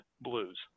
blues